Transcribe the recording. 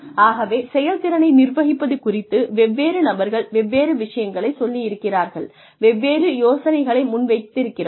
ஆகவே செயல்திறனை நிர்வகிப்பது குறித்து வெவ்வேறு நபர்கள் வெவ்வேறு விஷயங்களைச் சொல்லியிருக்கிறார்கள் வெவ்வேறு யோசனைகளை முன்வைத்திருக்கிறார்கள்